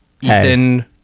Ethan